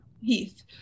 Heath